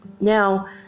Now